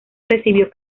recibió